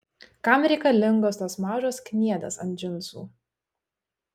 kam reikalingos tos mažos kniedės ant džinsų